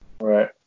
Right